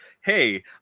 hey